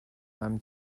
einem